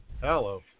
Hello